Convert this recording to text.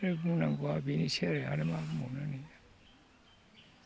बुंनांगौआ बेनोसै आरो आरो मा होनबावनो नानि